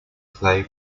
clay